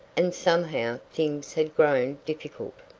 and somehow things had grown difficult.